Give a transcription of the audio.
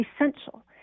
essential